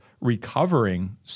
recovering